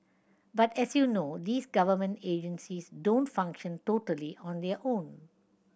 but as you know these government agencies don't function totally on their own